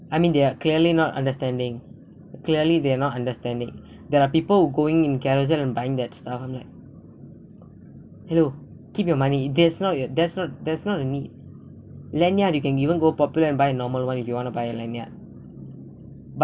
I mean they are clearly not understanding clearly they are not understanding there are people who going in kerosene and buying that stuff I'm like hello keep your money that's not that's not that's not a need lanyard you can even go popular and buy a normal one if you want to buy a lanyard